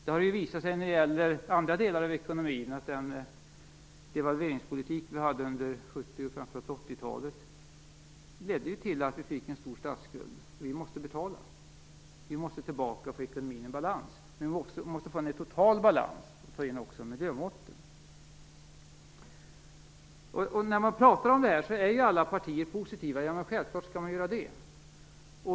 Det har visat sig när det gäller andra delar av ekonomin att den delvalveringspolitik vi hade under 70 och framför allt 80-talet ledde till att vi fick en stor statsskuld som vi måste betala. Vi måste tillbaka och få ekonomin i balans. Men vi måste få en total balans och ta in också miljömåtten. När man talar om detta är alla partier positiva. Självklart skall man göra detta.